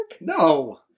No